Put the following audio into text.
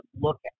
look